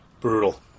Brutal